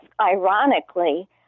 Ironically